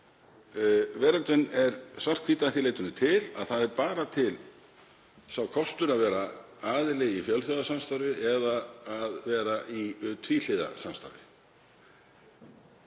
Veröldin er svart/hvít að því leytinu til að það er bara til sá kostur að vera aðili í fjölþjóðasamstarfi eða vera í tvíhliða samstarfi.